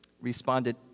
responded